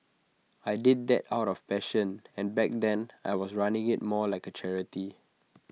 I did that out of passion and back then I was running IT more like A charity